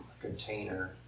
container